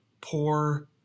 poor